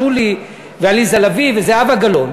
שולי ועליזה לביא וזהבה גלאון,